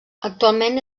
actualment